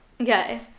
Okay